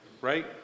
Right